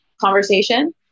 conversation